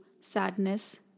sadness